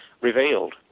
revealed